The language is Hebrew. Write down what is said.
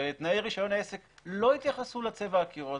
ותנאי רישיון העסק לא התייחסו לצבע הקירות